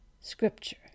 scripture